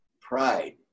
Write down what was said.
pride